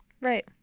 Right